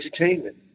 entertainment